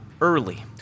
early